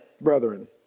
brethren